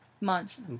Months